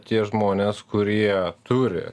tie žmonės kurie turi